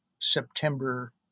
september